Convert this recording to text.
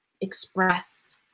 express